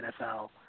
NFL